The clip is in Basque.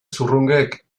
zurrungek